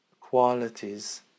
qualities